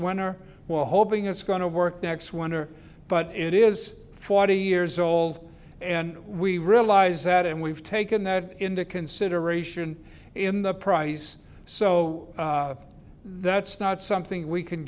or while hoping it's going to work next winter but it is forty years old and we realize that and we've taken that into consideration in the price so that's not something we can